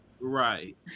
Right